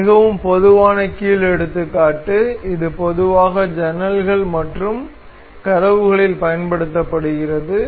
இது மிகவும் பொதுவான கீல் எடுத்துக்காட்டு இது பொதுவாக ஜன்னல்கள் மற்றும் கதவுகளில் பயன்படுத்தப்படுகிறது